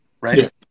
right